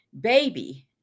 Baby